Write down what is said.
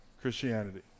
Christianity